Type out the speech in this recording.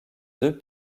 deux